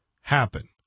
happen